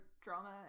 drama